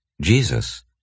Jesus